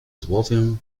złowię